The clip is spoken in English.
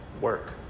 Work